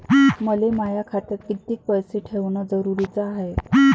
मले माया खात्यात कितीक पैसे ठेवण जरुरीच हाय?